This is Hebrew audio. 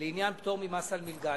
לעניין פטור ממס על מלגה.